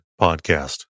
podcast